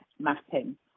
mapping